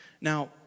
Now